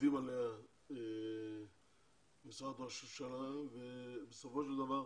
שעובדים עליה במשרד ראש הממשלה וצריך